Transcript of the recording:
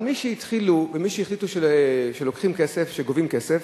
אבל משהתחילו ומשהחליטו שגובים כסף,